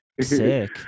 sick